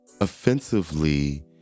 offensively